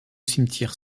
cimetière